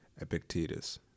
Epictetus